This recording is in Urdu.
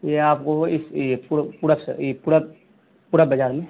یہ آپ کو اس پورب پورب پورب پورب بازار میں